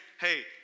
hey